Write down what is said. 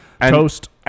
toast